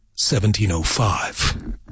1705